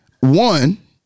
One